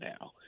now